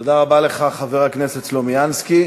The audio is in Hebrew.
תודה רבה לך, חבר הכנסת סלומינסקי.